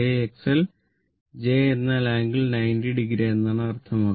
j എന്നാൽ angle 90o എന്നാണ് അർത്ഥമാക്കുന്നത്